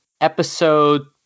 Episode